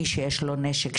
מי שיש לו נשק,